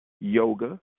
yoga